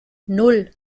nan